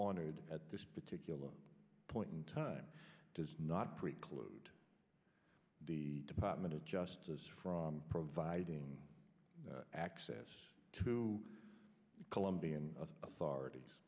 wanted at this particular point in time does not preclude the department of justice from providing access to colombian authorities